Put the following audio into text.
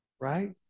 right